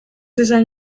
esan